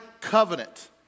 covenant